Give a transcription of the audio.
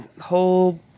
whole